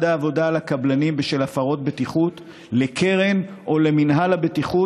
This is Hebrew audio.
העבודה על הקבלנים בשל הפרות בטיחות לקרן או למינהל בטיחות,